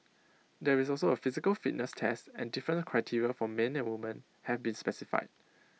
there is also A physical fitness test and different criteria for men and women have been specified